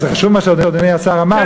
זה חשוב מה שאדוני השר אמר,